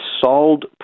sold